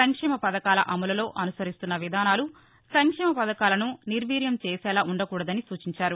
సంక్షేమ పథకాల అమలులో అనుసరిస్తున్న విధానాలు సంక్షేమ పథకాలను నిర్వీర్యం చేసేలా ఉండకూడదని సూచించారు